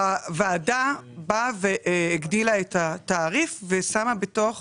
הוועדה באה והגדילה את התעריף ושמה בתוך